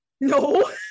No